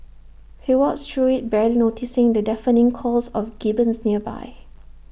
he walks through IT barely noticing the deafening calls of gibbons nearby